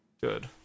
Good